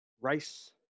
rice